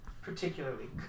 particularly